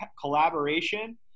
collaboration